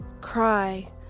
Cry